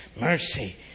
mercy